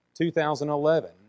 2011